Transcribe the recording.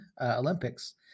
Olympics